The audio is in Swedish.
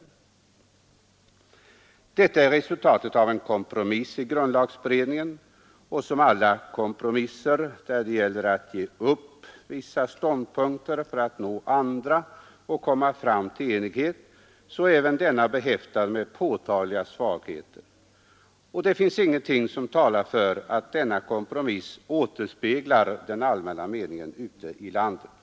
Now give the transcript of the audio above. och a riksdags Detta är resultatet av en kompromiss i grundlagberedningen, och som ordning m.m. alla kompromisser där det är nödvändigt att ge upp vissa ståndpunkter för att nå enighet och resultat är även denna behäftad med påtagliga svagheter. Det finns ingenting som talar för att denna kompromiss återspeglar den allmänna meningen ute i landet.